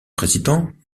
président